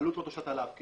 שהעלות לא תושת עליו.